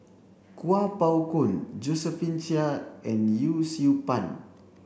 Kuo Pao Kun Josephine Chia and Yee Siew Pun